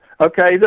Okay